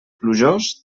plujós